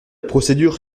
procédure